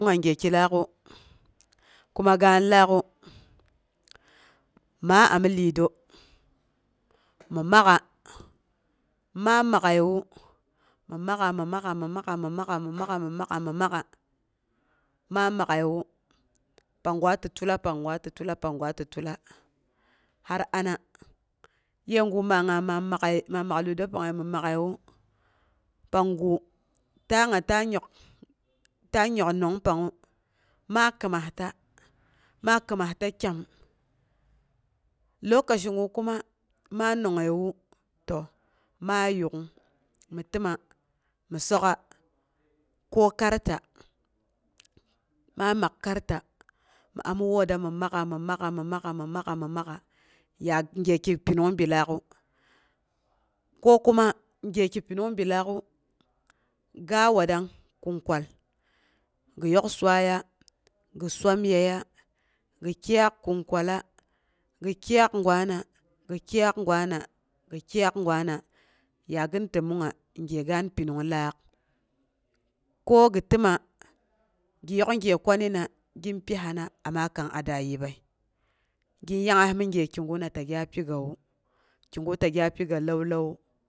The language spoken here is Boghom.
Min gwa gyeki laak'u, kunu gaan laak'u, ma ami lido mi mak'a, ma mak'əiwu. Mi mak'a, mi mak'a, mi mak'a, mi mak'a, ma ma'əiwu, panggira ti tula, panggwa ti tula, panggwati tula. Har ana yegu ma nga ma mak'əi, li do pangngəi ma maa'əiwu, panggu ta nga ta yok nongng pangngu ma kɨimasta, ma komasta kyam. Lokaci gu kusma ma nongngəiwu to maa yuk mi təma mi sok'a. Ko karta, ma mak karta, mi ami wootoh mi mak'a, mi mak'a, mi mak'a mi mak'a ya gyeki pinung bi laak'a, ko kuma gyeki pinung bi laak'u, ga watrang kinkwal gi yok swaiya gi swamyeya, gi kiiyak kin kwala, gi kɨ yak gwana, gi kɨ iyak gwana, gi kɨ yak gwana, ya gin tənongnga gye gaan pinung laak. Ko gi təma, gi yok gye kwani na gin pihana, amma kang a daa yibbəi. Gɨn yangngas mi gyeki guna ta gya pigawa, kigu ta gya piga lantawu.